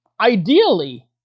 Ideally